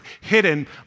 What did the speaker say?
hidden